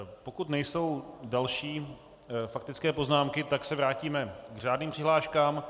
Pokud nejsou další faktické poznámky, vrátíme se k řádným přihláškám.